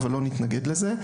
אבל לא נתנגד לזה.